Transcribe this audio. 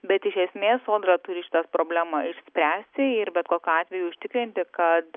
bet iš esmės sodra turi šitą problemą išspręsti ir bet kokiu atveju užtikrinti kad